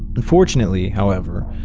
unfortunately however,